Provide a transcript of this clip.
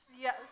yes